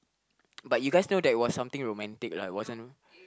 but you guys know that was something romantic lah it wasn't